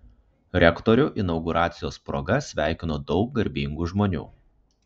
rektorių inauguracijos proga sveikino daug garbingų žmonių